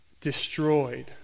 destroyed